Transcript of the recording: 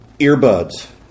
earbuds